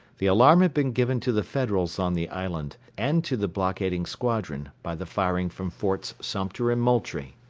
the alarm had been given to the federals on the island, and to the blockading squadron, by the firing from forts sumter and moultrie.